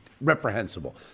Reprehensible